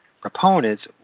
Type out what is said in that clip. proponents